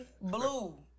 blue